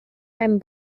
einem